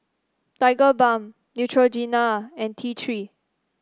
Tigerbalm Neutrogena and T Three